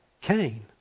Cain